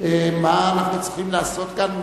מה אנחנו צריכים לעשות כאן,